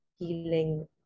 healing